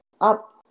up